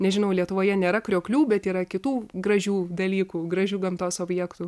nežinau lietuvoje nėra krioklių bet yra kitų gražių dalykų gražių gamtos objektų